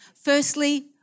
Firstly